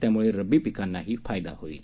यामुळे रब्बी पिकांना फायदा होईल